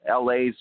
la's